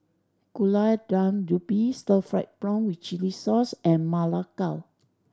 Gulai Daun Ubi stir fried prawn with chili sauce and Ma Lai Gao